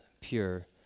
pure